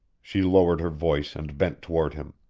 she lowered her voice and bent toward him.